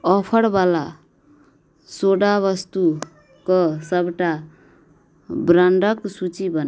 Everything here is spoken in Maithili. ऑफरवला सोडा वस्तुके सबटा ब्राण्डके सूचि बनाउ